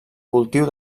cultiu